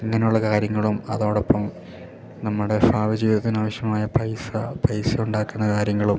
ഇങ്ങനെയുള്ള കാര്യങ്ങളും അതോടൊപ്പം നമ്മുടെ ഭാവി ജീവിതത്തിനാവശ്യമായ പൈസ പൈസ ഉണ്ടാക്കുന്ന കാര്യങ്ങളും